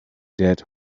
dead